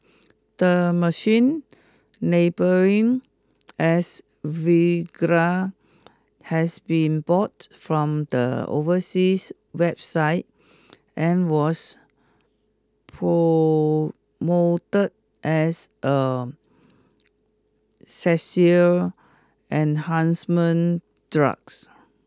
the machine labelling as Viagra has been bought from the overseas website and was promoted as a sexual enhancement drugs